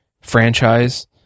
franchise